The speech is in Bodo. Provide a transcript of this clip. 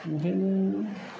ओंखायनो